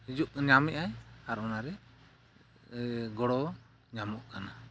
ᱧᱟᱢᱮᱜ ᱟᱭ ᱟᱨ ᱚᱱᱟᱨᱮ ᱜᱚᱲᱚ ᱧᱟᱢᱚᱜ ᱠᱟᱱᱟ